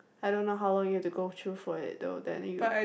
I don't know how long you have to go through for it though then you